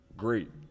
great